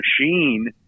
machine –